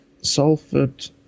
Salford